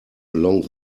along